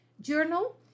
journal